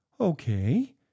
okay